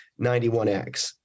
91x